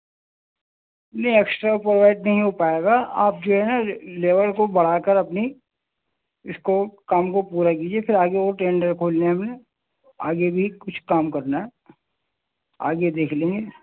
نہیں extra provide نہیں ہو پائے گا آپ جو ہے نا لیبر کو بڑھا کر اپنی اس کو کام کو پورا کیجیے پھر آگے وہ ٹینڈر کھولنے میں آگے بھی کچھ کام کرنا ہے آگے دیکھ لیں گے